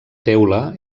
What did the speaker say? teula